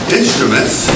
instruments